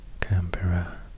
Canberra